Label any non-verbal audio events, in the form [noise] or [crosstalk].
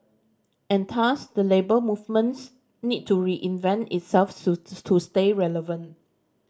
and thus the Labour Movements need to reinvent itself [unintelligible] to stay relevant